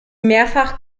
mehrfach